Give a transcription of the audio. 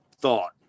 thought